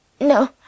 No